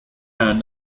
found